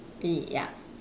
!ee! yuck